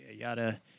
yada